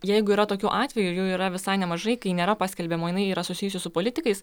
jeigu yra tokiu atveju jų yra visai nemažai kai nėra paskelbiama jinai yra susijusi su politikais